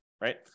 right